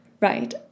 Right